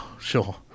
sure